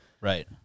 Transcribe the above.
Right